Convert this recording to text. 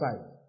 side